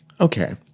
Okay